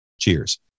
Cheers